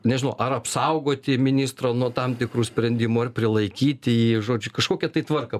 nežinau ar apsaugoti ministrą nuo tam tikrų sprendimų ar prilaikyti jį žodžiu kažkokią tai tvarką